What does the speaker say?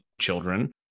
children